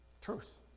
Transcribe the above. Truth